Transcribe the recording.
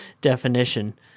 definition